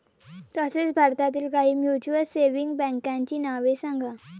तसेच भारतातील काही म्युच्युअल सेव्हिंग बँकांची नावे सांगा